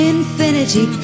Infinity